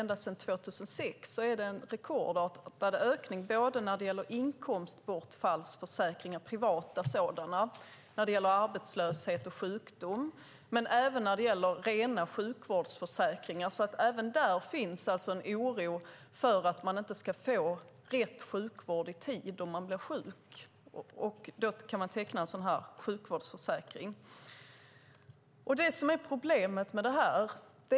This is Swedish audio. Ända sedan 2006 har det skett en rekordartad ökning för privata försäkringar gällande inkomstbortfall, arbetslöshet och sjukdom, men även rena sjukvårdsförsäkringar. Även där finns en oro: för att man inte ska få rätt sjukvård i tid om man blir sjuk. Då kan man teckna en sådan här sjukvårdsförsäkring.